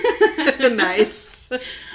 nice